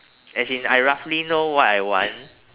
as in I roughly know what I want